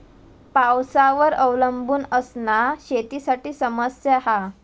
पावसावर अवलंबून असना शेतीसाठी समस्या हा